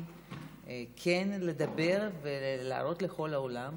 צריכים כן לדבר ולהראות לכל העולם